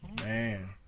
man